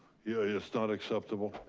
yeah yeah it's not acceptable?